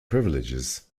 privileges